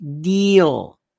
deal